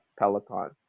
Peloton